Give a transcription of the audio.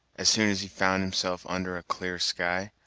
as soon as he found himself under a clear sky,